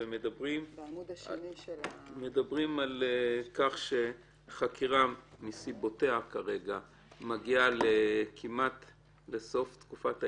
ומדברים על כך שחקירה מסיבותיה מגיעה כמעט לסוף תקופת ההתיישנות,